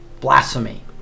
blasphemy